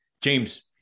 James